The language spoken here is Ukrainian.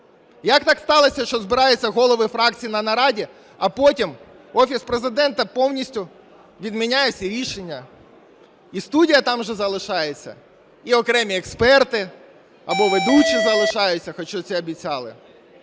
Як так сталося, що збираються голови фракцій на нараді, а потім Офіс Президента повністю відміняє всі рішення. І студія там же залишається, і окремі експерти або ведучі залишаються, хоч це обіцяли.